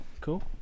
cool